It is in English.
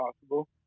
possible